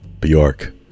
Bjork